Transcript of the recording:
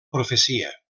profecia